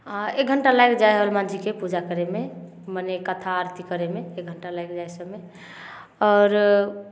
आओर एक घण्टा लागि जाइ हइ हनुमान जीके पूजा करयमे मने कथा आरती करयमे एक घण्टा लागि जाइ समय आओर